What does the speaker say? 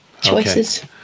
choices